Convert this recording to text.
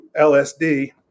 LSD